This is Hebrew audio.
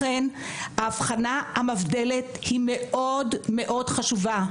לכן האבחנה המבדלת היא מאוד מאוד חשובה.